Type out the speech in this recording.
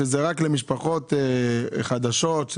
שזה רק למשפחות חדשות,